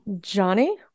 Johnny